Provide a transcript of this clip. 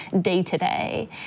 day-to-day